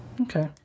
Okay